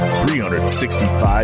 365